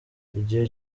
igihe